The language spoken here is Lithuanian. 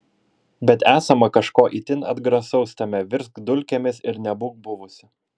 bet esama kažko itin atgrasaus tame virsk dulkėmis ir nebūk buvusi